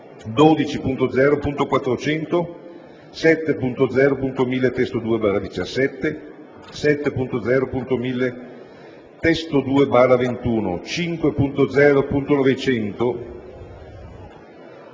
12.0.400, 7.0.1000 (testo 2)/17, 7.0.1000 (testo 2)/21 e 5.0.900